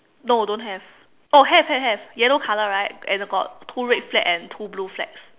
no don't have oh have have have yellow color right and got two red flags and two blue flags